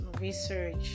research